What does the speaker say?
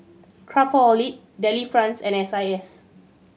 Craftholic Delifrance and S I S